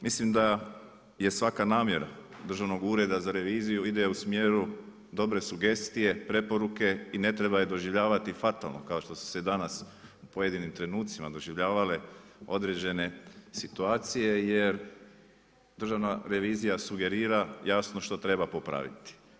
Mislim da je svaka namjera Državnog ureda za reviziju ide u smjeru dobre sugestije, preporuke i ne treba ju doživljavati fatalno, kao što su se danas u pojedinim trenucima doživljavale određene situacije, jer Državna revizija sugerira jasno što treba popraviti.